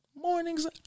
Mornings